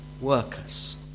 workers